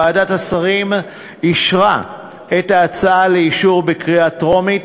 ועדת השרים אישרה את ההצעה לאישור בקריאה טרומית